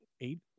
eight